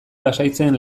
lasaitzen